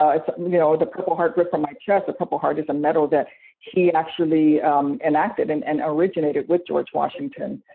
i mean know, the purple heart ripped from my chest. the purple heart is a medal that he actually enacted and and originated with george washington.